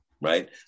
Right